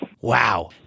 Wow